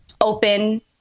open